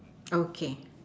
okay